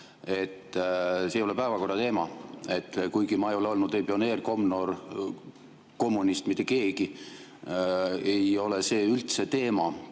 et see ei ole päevakorra teema. Kuigi ma ei ole olnud ei pioneer, komnoor, kommunist, mitte keegi, ei ole see üldse teema.